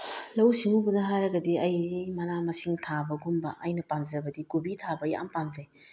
ꯂꯧꯎ ꯁꯤꯡꯎꯕꯗ ꯍꯥꯏꯔꯒꯗꯤ ꯑꯩ ꯃꯅꯥ ꯃꯁꯤꯡ ꯊꯥꯕꯒꯨꯝꯕ ꯑꯩꯅ ꯄꯥꯝꯖꯕꯗꯤ ꯀꯣꯕꯤ ꯊꯥꯕ ꯌꯥꯝ ꯄꯥꯝꯖꯩ